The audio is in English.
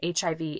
HIV